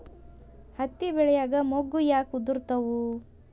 ಹತ್ತಿ ಬೆಳಿಯಾಗ ಮೊಗ್ಗು ಯಾಕ್ ಉದುರುತಾವ್?